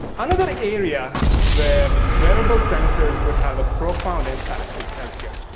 another area where wearable sensors would have a profound impact is health care.